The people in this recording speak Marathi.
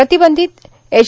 प्रतिबंधित एच